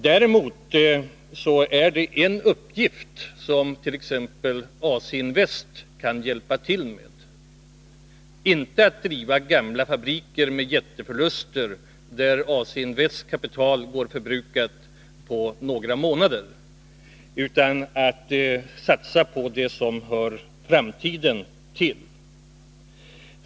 Däremot är det en uppgift som t.ex. AC-Invest kan hjälpa till med. Men det kan inte bli fråga om att driva gamla fabriker med jättelika förluster, där AC-Invests kapital vore förbrukat inom några månader utan man måste satsa på det som hör framtiden till.